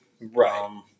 Right